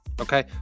okay